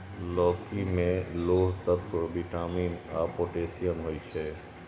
लौकी मे लौह तत्व, विटामिन आ पोटेशियम होइ छै